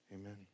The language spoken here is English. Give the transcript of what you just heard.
Amen